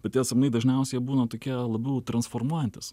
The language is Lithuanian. bet tie sapnai dažniausiai būna tokie labiau transformuojantys